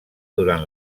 durant